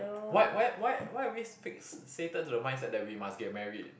why why why why are we fixated to the mindset that we must get married